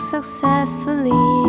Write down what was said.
successfully